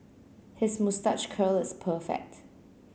his moustache curl is perfect